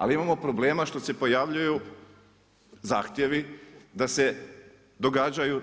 Ali imamo problema što se pojavljuju zahtjevi da se događaju